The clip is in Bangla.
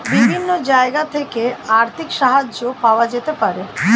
বিভিন্ন জায়গা থেকে আর্থিক সাহায্য পাওয়া যেতে পারে